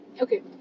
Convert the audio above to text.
Okay